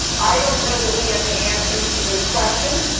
i don't know that we have the answers to these questions.